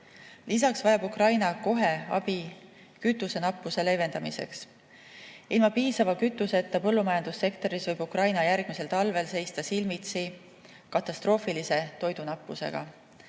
Lisaks vajab Ukraina kohe abi kütusenappuse leevendamiseks. Ilma piisava kütuseta põllumajandussektoris võib Ukraina järgmisel talvel seista silmitsi katastroofilise toidunappusega,